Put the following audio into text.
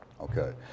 Okay